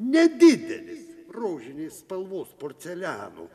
nedidelis rožinės spalvos porceliano